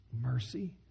Mercy